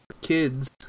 kids